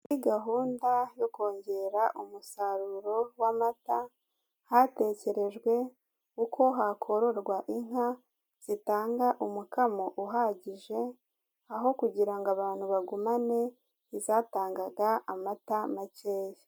Muri gahunda yo kongera umusaruro w'amata, hatekerejwe uko hakororwa inka zitanga umukamo uhagije, aho kugirango abantu bagumane izatangaga amata makeya.